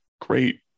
great